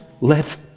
let